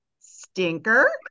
Stinker